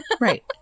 Right